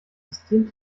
system